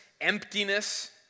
emptiness